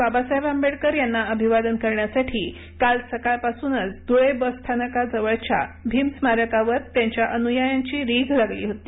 बाबासाहेब आंबेडकर यांना अभिवादन करण्यासाठी काल सकाळ पासूनच धूळे बसस्थानकाजवळच्या भिम स्मारकावर त्यांच्या अनुयायांची रिघ लागली होती